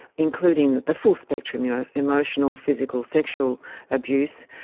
including the full spectrum, you know emotional, physical, sexual abuse,